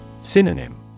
Synonym